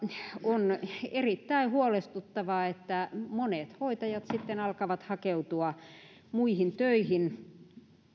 on erittäin huolestuttavaa että monet hoitajat sitten alkavat hakeutua muihin töihin